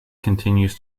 continues